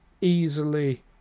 easily